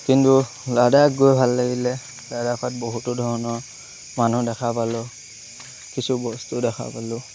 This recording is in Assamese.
কিন্তু লাদাখ গৈ ভাল লাগিলে লাদাখত বহুতো ধৰণৰ মানুহ দেখা পালোঁ কিছু বস্তু দেখা পালোঁ